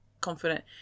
confident